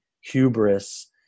hubris